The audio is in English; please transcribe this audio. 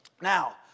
Now